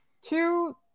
two